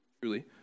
truly